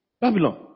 Babylon